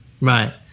Right